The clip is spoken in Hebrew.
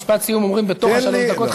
משפט סיום אומרים בתוך שלוש הדקות.